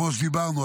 כמו שדיברנו,